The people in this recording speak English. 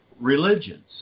religions